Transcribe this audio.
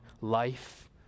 life